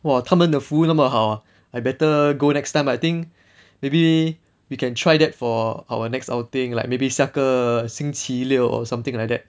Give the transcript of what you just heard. !wah! 他们的服务那么好 I better go next time I think maybe we can try that for our next outing like maybe 下个星期六 or something like that